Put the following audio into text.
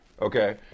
Okay